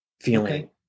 feeling